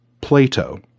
Plato